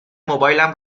موبایلم